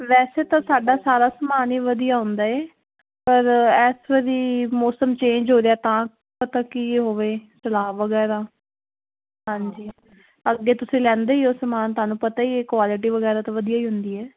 ਵੈਸੇ ਤਾਂ ਸਾਡਾ ਸਾਰਾ ਸਮਾਨ ਈ ਵਧੀਆ ਹੁੰਦਾ ਐ ਪਰ ਐਸ ਵਰੀ ਮੌਸਮ ਚੇਂਜ ਹੋ ਰਿਆ ਤਾਂ ਪਤਾ ਕੀ ਹੋਵੇ ਸਲਾਬ ਵਗੈਰਾ ਹਾਂਜੀ ਅੱਗੇ ਤੁਸੀਂ ਲੈਂਦੇ ਈ ਓ ਸਮਾਨ ਤੁਹਾਨੂੰ ਪਤਾ ਈ ਐ ਕੁਆਲਿਟੀ ਵਗੈਰਾ ਤਾਂ ਵਧੀਆ ਈ ਹੁੰਦੀ ਐ